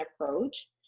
approach